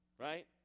right